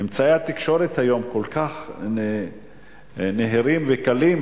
אמצעי התקשורת היום כל כך נהירים וקלים,